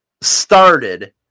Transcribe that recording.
started